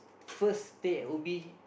first stay at Ubi